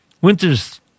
Winter's